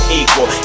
equal